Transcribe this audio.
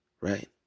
right